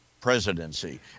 presidency